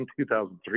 2003